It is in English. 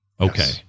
Okay